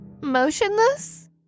Motionless